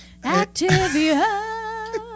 Activia